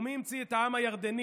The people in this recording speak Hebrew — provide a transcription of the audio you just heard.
ומי המציא את העם הירדני,